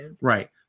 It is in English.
Right